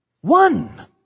one